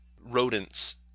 rodents